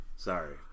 Sorry